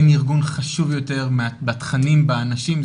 אין ארגון חשוב ביותר בתכנים באנשים,